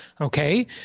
okay